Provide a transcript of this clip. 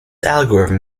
algorithm